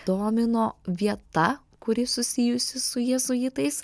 domino vieta kuri susijusi su jėzuitais